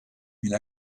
une